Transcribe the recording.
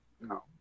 No